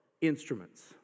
instruments